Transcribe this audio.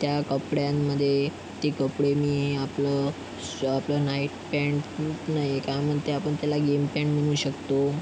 त्या कपड्यांमध्ये ते कपडे मी आपलं श आपलं नाईट पँट नाही काय म्हणते आपण त्याला गेम पँट म्हणू शकतो